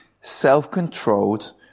self-controlled